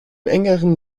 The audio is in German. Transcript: engeren